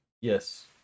yes